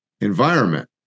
environment